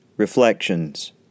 reflections